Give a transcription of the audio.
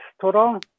total